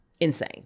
insane